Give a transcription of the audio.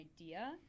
idea